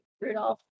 Rudolph